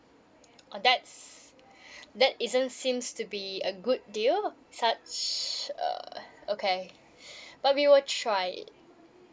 that's that isn't seems to be a good deal such uh okay but we will try it